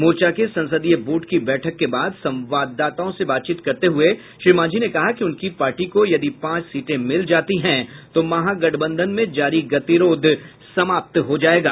मोर्चा के संसदीय बोर्ड की बैठक के बाद संवाददाताओं से बातचीत करते हुये श्री मांझी ने कहा कि उनकी पार्टी को यदि पांच सीटें मिल जाती है तो महागठबंधन में जारी गतिरोध समाप्त हो जायेगा